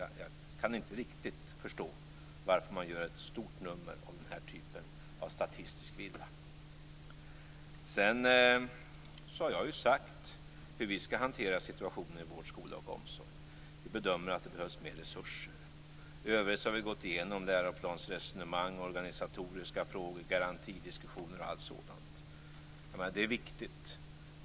Jag kan inte riktigt förstå varför man gör ett stort nummer av den typen av statistisk villa. Jag har sagt hur vi skall hantera situationen i vård, skola och omsorg. Vi bedömer att det behövs mer resurser. I övrigt har vi gått igenom resonemang om läroplaner, organisatoriska frågor, garantidiskussioner osv. Det är viktigt.